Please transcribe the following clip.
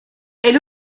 elle